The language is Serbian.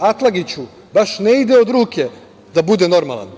„Atlagiću baš ne ide od ruke da bude normalan“.